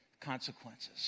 consequences